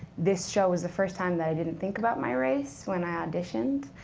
this show is the first time that i didn't think about my race when i auditioned.